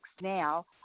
now